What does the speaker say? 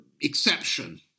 exception